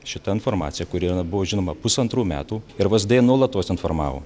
šita informacija kuri buvo žinoma pusantrų metų ir vsd nuolatos informavo